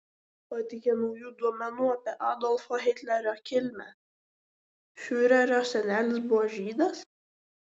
pateikė naujų duomenų apie adolfo hitlerio kilmę fiurerio senelis buvo žydas